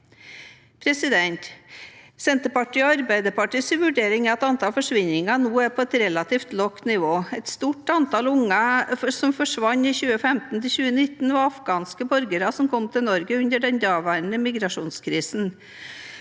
Senterpartiets og Arbeiderpartiets vurdering er at antallet forsvinninger nå er på et relativt lavt nivå. Et stort antall av barna som forsvant i 2015–2019, var afghanske borgere som kom til Norge under den daværende migrasjonskrisen,